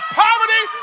poverty